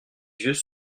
yeux